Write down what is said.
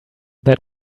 that